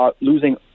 losing